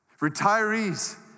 Retirees